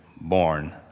born